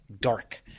dark